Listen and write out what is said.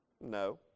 no